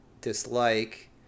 dislike